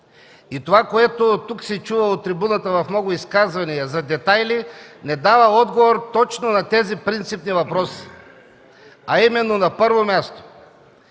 Това, което се чува тук от трибуната в много изказвания за детайли, не дава отговор точно на тези принципни въпроси, а именно на първо място